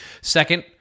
Second